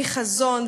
חזון,